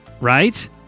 Right